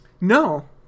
No